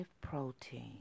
protein